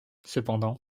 cependant